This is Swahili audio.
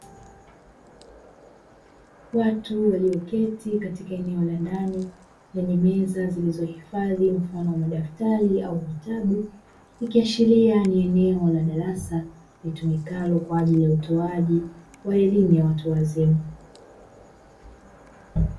Watu walioketi katika eneo la ndani lenye meza zilizohifadhi mfano wa madaftari au vitabu, likiashiria ni eneo la darasa litumikalo kwaajili ya utoaji wa elimu ya watu wazima.